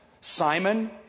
Simon